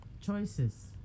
Choices